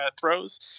throws